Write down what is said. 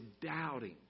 doubting